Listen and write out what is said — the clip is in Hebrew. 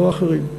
לא אחרים.